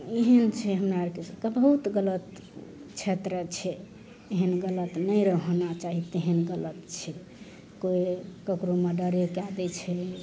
एहन छै हमरा आरके बहुत गलत क्षेत्र छै एहन गलत नहि रहना चाही तेहन गलत छै कोइ ककरो मर्डरे कए दै छै